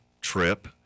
trip